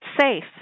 safe